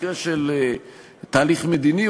במקרה של תהליך מדיני,